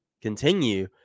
continue